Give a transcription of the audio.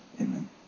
Amen